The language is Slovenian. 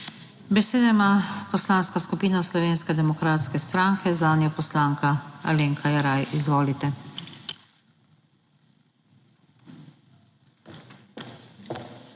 Besedo ima Poslanska skupina Slovenske demokratske stranke, zanjo poslanka Alenka Jeraj. Izvolite.